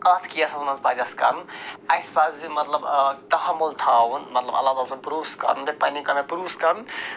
اَتھ کیسَس منٛز پَزِ اَسہِ کَرُن اَسہِ پَزِ مطلب تحّمُل تھاوُن مطلب اللہ تعالیٰ ہَس پٮ۪ٹھ بروسہٕ کَرُن پَنٛنہِ بروسہٕ کَرُن